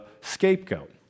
scapegoat